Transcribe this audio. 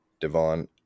Devon